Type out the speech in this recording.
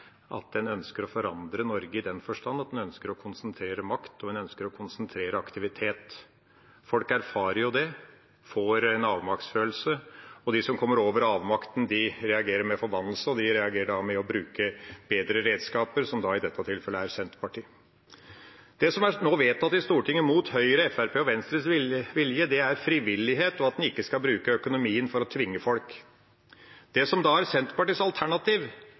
at en ønsker å forandre Norge i den forstand at en ønsker å konsentrere makt, og at en ønsker å konsentrere aktivitet. Folk erfarer jo det og får en avmaktsfølelse. De som kommer over avmakten, reagerer med forbannelse, og de reagerer med å bruke bedre redskaper, som i dette tilfellet er Senterpartiet. Det som nå er vedtatt i Stortinget, mot Høyre, Fremskrittspartiet og Venstres vilje, er frivillighet, og at en ikke skal bruke økonomien for å tvinge folk. Det som da er Senterpartiets alternativ,